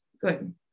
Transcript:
good